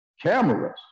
cameras